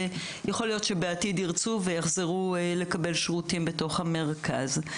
ויכול להיות שבעתיד ירצו לחזור לקבל שירותים במרכז.